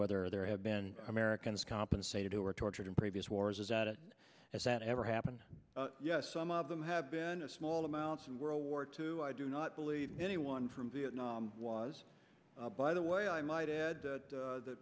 whether there have been americans compensated who were tortured in previous wars is that it has that ever happened yes some of them have been a small amounts in world war two i do not believe anyone from vietnam was by the way i might add that